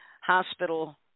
hospital